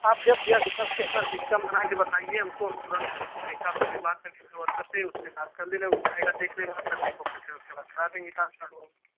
आप जब भैया सब के सब सिस्टम बना कर बताइए हमको हम तुरंत अपने हिसाब से फिर बात करके फिर वर्कर से उससे बात कर लेंगे उ जाएगा देख लेगा अपना देख ओख कर फिर उसके बाद करा देंगे काम चालू हम